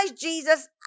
Jesus